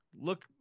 look